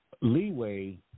leeway